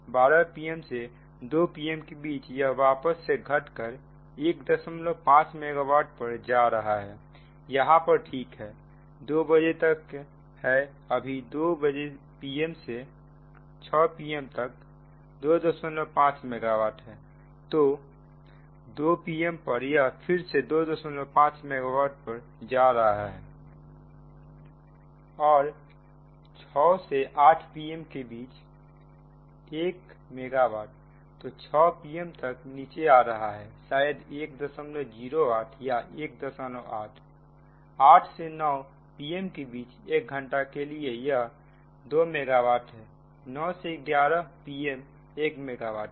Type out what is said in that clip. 1200 pm से 200 pm के बीच यह वापस से घटकर 15 मेगावाट पर जा रहा है यहां पर ठीक है 200 pm तक है अभी 200 pm से 600 pm 25 मेगावाट है तो 200 pm पर यह फिर से 25 मेगा वाट पर जा रहा है और 600 से 800 pm के बीच 10 तो 600 pm तक नीचे आ रहा है शायद 108 या 18 800 से 900 pm के बीच एक घंटा के लिए यह 2 मेगा वाट है 900 से1100 pm 1 मेगा वाट है